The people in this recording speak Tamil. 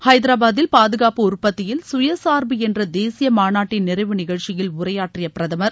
ஐதராபாதில் பாதுகாப்பு உற்பத்தியில் சுய சார்பு என்ற தேசிய மாநாட்டின் நிறைவு நிகழ்ச்சியில் உரையாற்றிய பிரதமர்